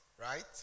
right